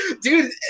dude